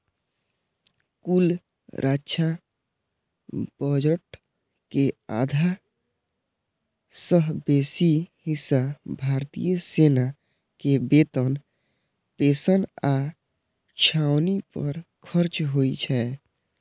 कुल रक्षा बजट के आधा सं बेसी हिस्सा भारतीय सेना के वेतन, पेंशन आ छावनी पर खर्च होइ छै